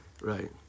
Right